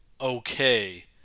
okay